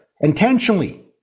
intentionally